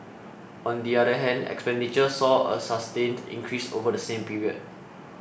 on the other hand expenditure saw a sustained increase over the same period